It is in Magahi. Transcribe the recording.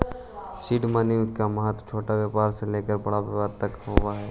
सीड मनी के महत्व छोटा व्यापार से लेकर बड़ा व्यापार तक हई